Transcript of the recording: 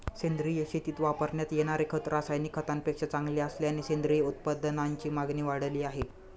सेंद्रिय शेतीत वापरण्यात येणारे खत रासायनिक खतांपेक्षा चांगले असल्याने सेंद्रिय उत्पादनांची मागणी वाढली आहे